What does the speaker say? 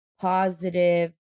positive